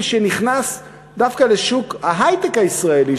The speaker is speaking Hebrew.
שנכנס דווקא לשוק ההיי-טק הישראלי,